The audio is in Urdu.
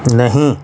نہیں